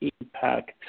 impact